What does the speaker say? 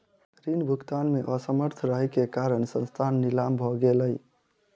ऋण भुगतान में असमर्थ रहै के कारण संस्थान नीलाम भ गेलै